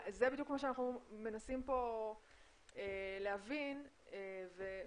זה בדיוק מה שאנחנו מנסים פה להבין, למה